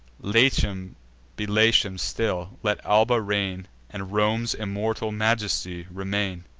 latium be latium still let alba reign and rome's immortal majesty remain.